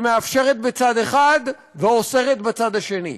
שמאפשרת בצד אחד ואוסרת בצד שני.